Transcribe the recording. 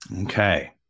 Okay